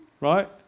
right